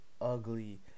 ugly